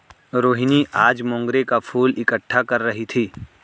रोहिनी आज मोंगरे का फूल इकट्ठा कर रही थी